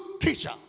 teacher